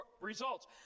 results